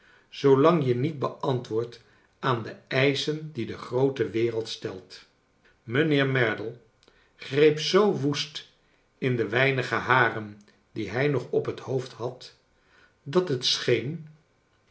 zoolang je niet beantwoordt aan de eischen die de groote wereld stelt mijnheer merdle greep zoo woest in de weinige haren die hij nogup het hoofd had dat het scheen